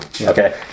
Okay